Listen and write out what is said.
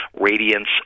Radiance